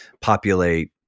populate